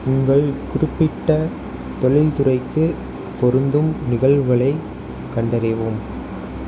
உங்கள் குறிப்பிட்ட தொழில்துறைக்கு பொருந்தும் நிகழ்வுகளைக் கண்டறியவும்